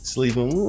Sleeping